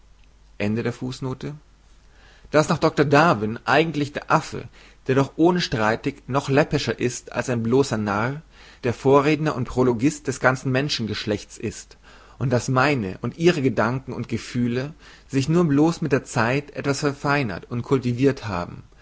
daß nach doktor darwins dessen gedicht über die natur eigentlich der affe der doch ohnstreitig noch läppischer ist als ein bloßer narr der vorredner und prologist des ganzen menschengeschlechts ist und daß meine und ihre gedanken und gefühle sich nur blos mit der zeit etwas verfeinert und kultivirt haben